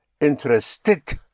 interested